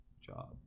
job